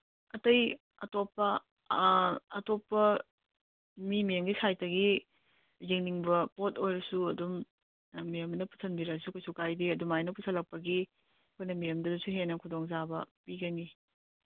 ꯑꯇꯩ ꯑꯇꯣꯞꯄ ꯑꯇꯣꯞꯄ ꯃꯤ ꯃꯦꯝꯒꯤ ꯁꯥꯏꯠꯇꯒꯤ ꯌꯦꯡꯅꯤꯡꯕ ꯄꯣꯠ ꯑꯣꯏꯔꯁꯨ ꯑꯗꯨꯝ ꯃꯦꯝꯅ ꯄꯨꯁꯟꯕꯤꯔꯛꯑꯁꯨ ꯀꯩꯁꯨ ꯀꯥꯏꯗꯦ ꯑꯗꯨꯃꯥꯏꯅ ꯄꯨꯁꯜꯂꯛꯄꯒꯤ ꯑꯩꯈꯣꯏꯅ ꯃꯦꯝꯗꯁꯨ ꯍꯦꯟꯅ ꯈꯨꯗꯣꯡꯆꯥꯕ ꯄꯤꯒꯅꯤ